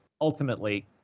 ultimately